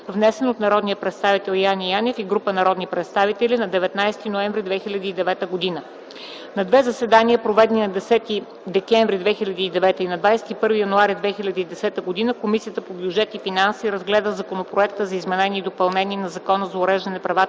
внесен от народния представител Яне Янев и група народни представители на 19 ноември 2009 г. На две заседания, проведени на 10 декември 2009 г. и на 21 януари 2010 г., Комисията по бюджет и финанси разгледа Законопроекта за изменение и допълнение на Закона за уреждане правата